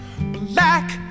Black